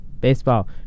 Baseball